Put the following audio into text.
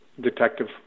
detective